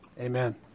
Amen